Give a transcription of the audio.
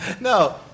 No